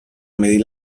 medir